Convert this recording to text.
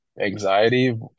anxiety